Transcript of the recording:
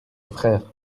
frère